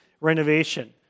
renovation